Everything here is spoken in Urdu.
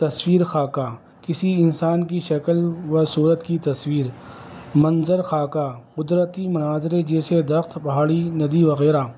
تصویر خاکہ کسی انسان کی شکل و صورت کی تصویر منظر خاکہ قدرتی مناظر جیسے درخت پہاڑی ندی وغیرہ